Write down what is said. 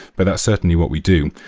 but that's certainly what we do.